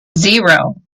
zero